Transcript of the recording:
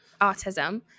autism